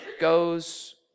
goes